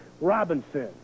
Robinson